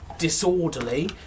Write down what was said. Disorderly